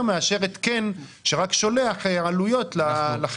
גדולה מאשר במקרה של התקן שרק שולח עלויות לחברה.